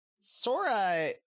Sora